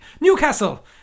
Newcastle